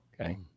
Okay